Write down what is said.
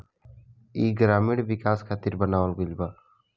ई ग्रामीण विकाश खातिर बनावल गईल बा